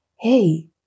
Hey